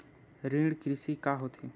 कृषि ऋण का होथे?